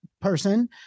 person